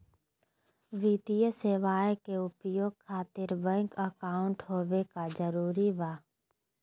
वित्तीय सेवाएं के उपयोग खातिर बैंक अकाउंट होबे का जरूरी बा?